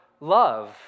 love